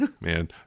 man